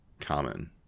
common